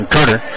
Carter